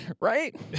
right